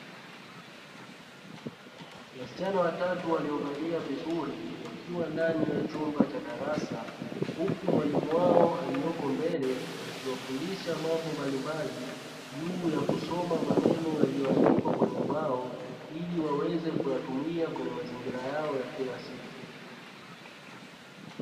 Wasichana watatu waliovalia vizuri wakiwa ndani ya chumba cha darasa, huku mwalimu wao aliyeko mbele akiwafundisha mambo mbalimbali juu ya kusoma maneno yaliyoandikwa kwenye ubao ili waweze kuyatumia kwenye mazingira yao ya kila siku.